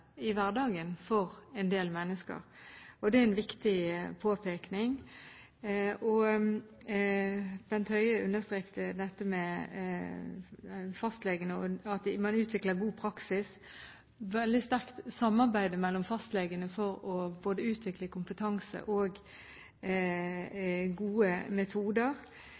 i hverdagen for en del mennesker. Det er en viktig påpekning. Bent Høie understreket dette med fastlegene og at man må utvikle god praksis for et veldig sterkt samarbeid mellom fastlegene for både å utvikle kompetanse og gode metoder,